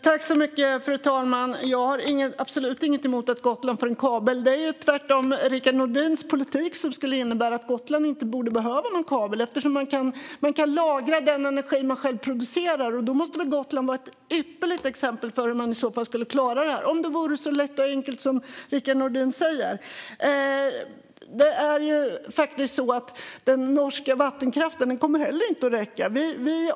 Fru talman! Jag har absolut ingenting emot att Gotland får en kabel. Rickard Nordins politik borde däremot innebära att Gotland inte skulle behöva någon kabel, eftersom man kan lagra den energi man själv producerar. Om det vore så enkelt som Rickard Nordin säger måste väl Gotland vara ett ypperligt exempel på hur man kan klara det här. Det är faktiskt så att inte heller den norska vattenkraften kommer att räcka.